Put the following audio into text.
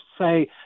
say